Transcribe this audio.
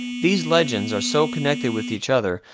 these legends are so connected with each other,